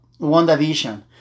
WandaVision